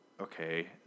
Okay